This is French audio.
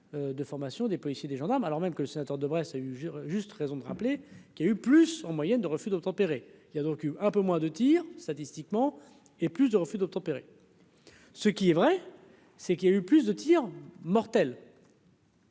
de formation des policiers, des gendarmes, alors même que c'est sénateur de Brest a eu juste raison de rappeler qu'il y a eu plus, en moyenne, de refus d'obtempérer, il y a dans le cul, un peu moins de tirs statistiquement et plus de refus d'obtempérer, ce qui est vrai c'est qu'il y a eu plus de tirs mortels.